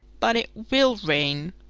but it will rain,